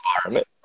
environment